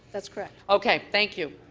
that's correct. okay. thank you.